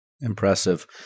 Impressive